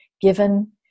given